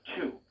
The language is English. two